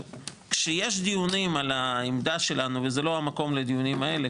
כשיש דיונים על העמדה שלנו וזה לא המקום לדיונים האלו,